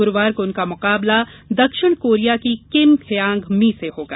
गुरूवार को उनका मुकाबला दक्षिण कोरिया की किम हयांग मी से होगा